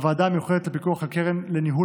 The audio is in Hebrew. בוועדה המיוחדת לפיקוח על הקרן לניהול